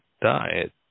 diet